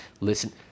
listen